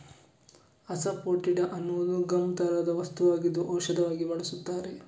asafoetida ಅನ್ನುವುದು gum ತರಹದ ವಸ್ತುವಾಗಿದ್ದು ಔಷಧವಾಗಿ ಬಳಸುತ್ತಾರೆ